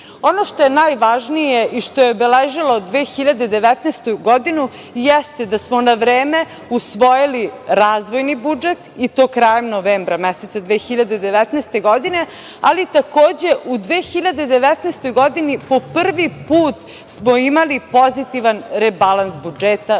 što je najvažnije i što je obeležilo 2019. godinu jeste da smo na vreme usvojili razvojni budžet, i to krajem novembra meseca 2019. godine, ali takođe u 2019. godini po prvi put smo imali pozitivan rebalans budžeta,